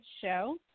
show